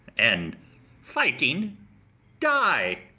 and fighting die